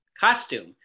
costume